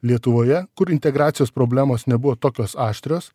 lietuvoje kur integracijos problemos nebuvo tokios aštrios